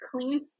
clean